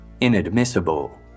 inadmissible